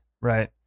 Right